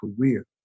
career